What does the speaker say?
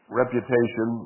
reputation